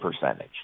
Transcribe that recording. percentage